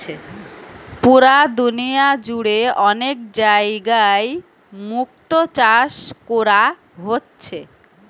পুরা দুনিয়া জুড়ে অনেক জাগায় মুক্তো চাষ কোরা হচ্ছে